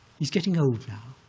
he's getting old now.